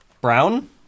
brown